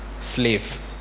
slave